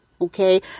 Okay